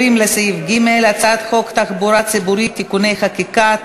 הצעת חוק תחבורה ציבורית (תיקוני חקיקה),